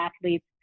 athletes